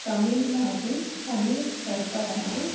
தமிழ்நாட்டில் தமிழ் கற்பதனால்